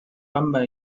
版本